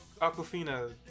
Aquafina